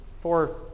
four